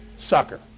sucker